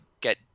get